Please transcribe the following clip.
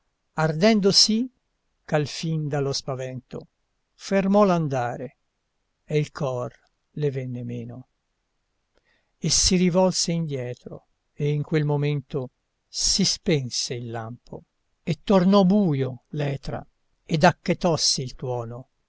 ardendo sì ch'alfin dallo spavento fermò l'andare e il cor le venne meno e si rivolse indietro e in quel momento si spense il lampo e tornò buio l'etra ed acchetossi il tuono